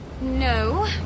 No